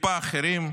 טיפה אחרים,